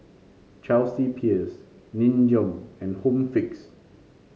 Chelsea Peers Nin Jiom and Home Fix